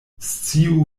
sciu